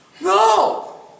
No